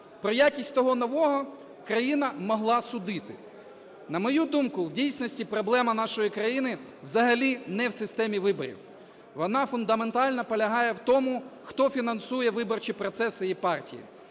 Про якість того нового країна могла судити. На мою думку, в дійсності проблема нашої країни взагалі не в системі виборів. Вона фундаментально полягає в тому, хто фінансує виборчі процеси і партії.